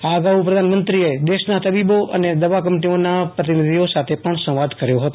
આ અગાઉ પ્રધાનમંત્રીએ દેશના તબીબો અને દવા કંપનીઓના પ્રતિનિધિઓ સાથે પણ સંવાદ કર્યો હતો